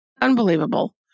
unbelievable